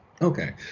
Okay